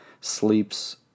sleeps